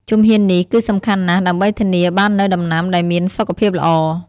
ជំហាននេះគឺសំខាន់ណាស់ដើម្បីធានាបាននូវដំណាំដែលមានសុខភាពល្អ។